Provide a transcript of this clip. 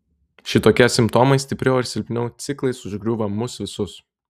šitokie simptomai stipriau ar silpniau ciklais užgriūva mus visus